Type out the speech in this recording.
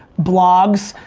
blogs,